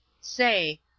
Say